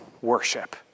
worship